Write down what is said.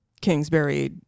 Kingsbury